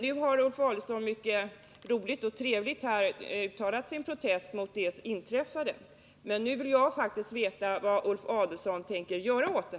Nu har Ulf Adelsohn mycket roligt och trevligt uttalat sin protest mot det inträffade. Men jag vill faktiskt också veta vad han tänker göra åt det.